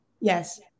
Yes